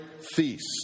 feast